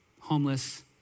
homeless